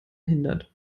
hindert